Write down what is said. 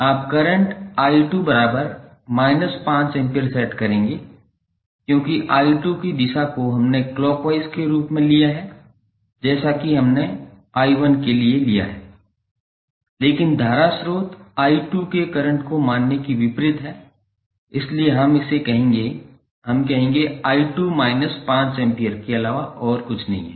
आप current 𝑖2−5 ampere set करेंगे क्योंकि 𝑖2 की दिशा को हमने क्लॉकवाइज के रूप में लिया है जैसा कि हमने 𝑖1 के लिए लिया है लेकिन धारा स्रोत 𝑖2 के करंट को मानने के विपरीत है इसलिए हम इसे कहेंगे हम कहेंगे i2 minus 5 एम्पीयर के अलावा और कुछ नहीं है